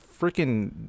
freaking